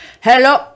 hello